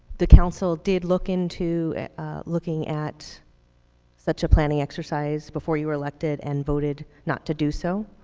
the council did look in to looking at such a planning exercise before you were elected and voted not to do so.